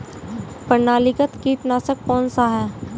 प्रणालीगत कीटनाशक कौन सा है?